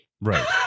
Right